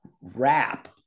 wrap